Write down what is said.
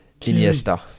Iniesta